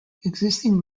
existing